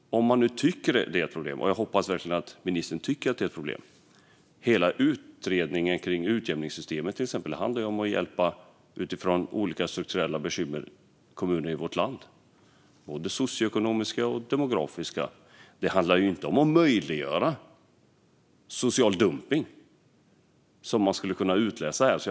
Jag hoppas verkligen att ministern också tycker att detta är ett problem. Hela utredningen kring utjämningssystemet handlar ju om att hjälpa kommuner i vårt land med olika strukturella bekymmer, både socioekonomiska och demografiska. Den handlar inte om att möjliggöra social dumpning, vilket man skulle kunna tolka svaret som.